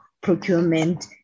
procurement